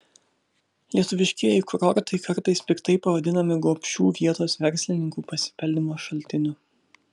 lietuviškieji kurortai kartais piktai pavadinami gobšių vietos verslininkų pasipelnymo šaltiniu